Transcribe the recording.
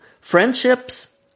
Friendships